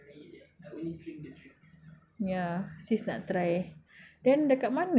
ya sis nak try then dekat mana eh is makanan india